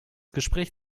gespräch